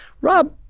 Rob